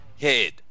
head